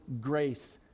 grace